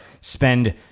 spend